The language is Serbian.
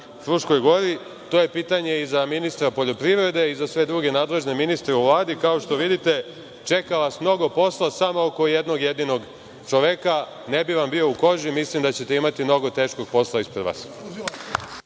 Fruškoj Gori. To je pitanje i za ministra poljoprivrede i za sve druge nadležne ministre u Vladi. Kao što vidite, čeka vas mnogo posla samo oko jednog jedinog čoveka. Ne bih vam bio u koži, mislim da ćete imati mnogo teškog posla ispred vas.